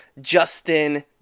Justin